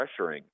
pressuring